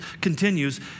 continues